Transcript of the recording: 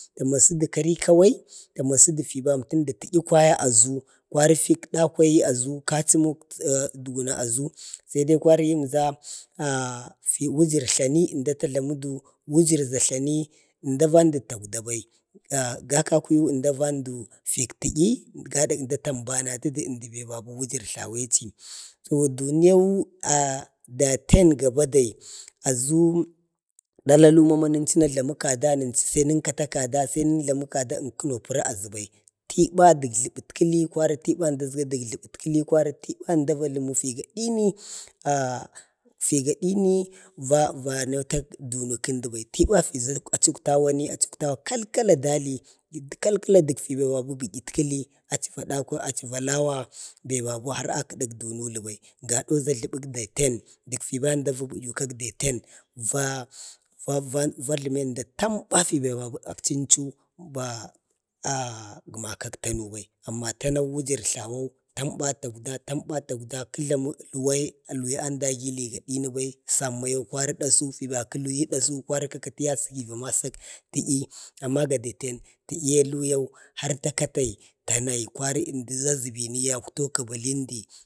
ta masədui kare kawai, ta masədi fi bam tənda tə'yi kwaya aʒu. kwari fik dawhaye aʒu, kachimok duna aʒu, kwachi wujur tlani əmda ta jlamədu, fi wujur tlani əmda ta jlamədu, wujur tlani ənda vandu takwda bai, ga kakuyi ənda vandu fik tə'yi da tambatu əmdə be wujur tlawechi so duniyau daten ga bade aʒu dala lumama nəjlamə kada ko sai nənkatə kada nkəno pəra azubai, yiba jlabət kəli, kwati tiba əmda əsga tinək jləpatkəli kwari tiba əmda va jləmi fi gadi ni figadini vano kədə duno kəndəbai. yiba fiʒa achi uktawoni, achi uktawo kalkala dali, kalkala dək fibaba dək bə'yətkali achi va da ku, achi va lawa beba hara kədak dunilibai gadau ʒa jləbək daten, dək fiba əmda bə'yək daten, va vajləmenda təmba fibabai akchi ənchu ba gəma kak tanu bai. amma tanau wujur tlawo, tamba takwda, tamba takwda, kə jlamu alwai, əlwai yi əndagi ili gadini bai, samma yau kwari dasu, fiba kəluyu dasu, fiba kəluyu dasu, kwari ka kati ya səki va masak tə'yi. amma datn tə'yi ya hiyau har takafai da nai kwari əndi daʒə bini, yaktau ka bali əmdi.